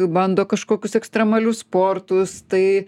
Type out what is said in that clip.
bando kažkokius ekstremalius sportus tai